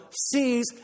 sees